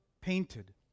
painted